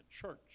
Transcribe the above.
church